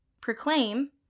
proclaim